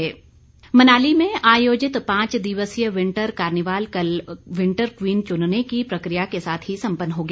carnival Manali में आयोजित पांच दिवसीय विंटर कार्निवाल कल विंटर क्वीन चूनने की प्रक्रिया के साथ ही संपन्न हो गया